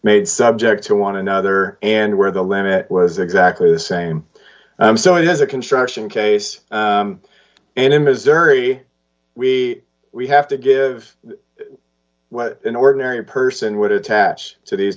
made subject to want another and where the limit was exactly the same so he has a construction case and in missouri we we have to give an ordinary person would attach to these